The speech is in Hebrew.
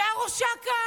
שהיה ראש אכ"א?